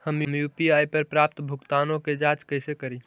हम यु.पी.आई पर प्राप्त भुगतानों के जांच कैसे करी?